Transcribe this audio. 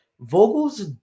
Vogel's